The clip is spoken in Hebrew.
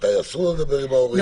ומתי אסור לו לדבר עם ההורים וכו'.